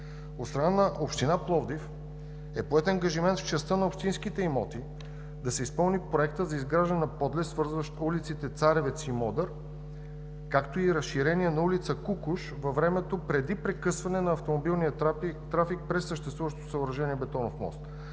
страна на Община Пловдив е поет ангажимент в частта на общинските имоти да се изпълни Проектът за изграждане на подлез, свързващ улиците „Царевец“ и „Модър“, както и разширение на улица „Кукуш“ във времето преди прекъсване на автомобилния трафик през съществуващото съоръжение Бетонов мост.